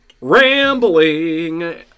Rambling